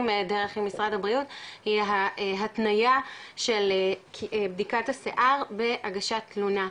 דרך עם משרד הבריאות היא ההתניה של בדיקת השיער בהגשת תלונה,